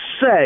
say